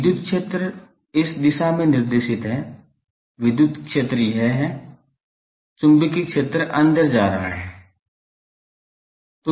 विद्युत क्षेत्र इस दिशा में निर्देशित है विद्युत क्षेत्र यह है चुंबकीय क्षेत्र अंदर जा रहा है